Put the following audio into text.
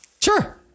Sure